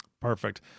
Perfect